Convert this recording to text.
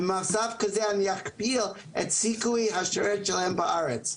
במצב כזה אני אכפיל את הסיכוי של ההישארות שלהם בארץ.